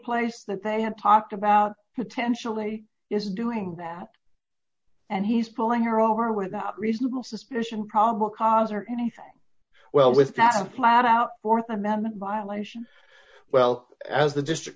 place that they have talked about potentially is doing that and he's pulling her over without reasonable suspicion probable cause or anything well with that a flat out th amendment violation well as the district